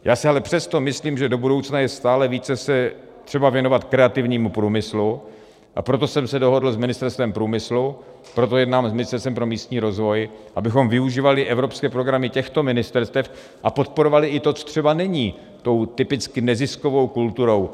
Já si ale přesto myslím, že do budoucna je třeba se stále více věnovat kreativnímu průmyslu, a proto jsem se dohodl s Ministerstvem průmyslu, proto jednám s Ministerstvem pro místní rozvoj, abychom využívali evropské programy těchto ministerstev a podporovali i to, co třeba není tou typicky neziskovou kulturou.